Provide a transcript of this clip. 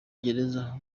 gereza